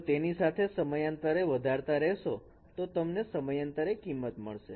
જો હું તેની સાથે સમયાંતરે વધારતા રહેશો તો તમને સમયાંતરે કિંમત મળશે